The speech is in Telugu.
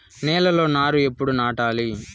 నేలలో నారు ఎప్పుడు నాటాలి?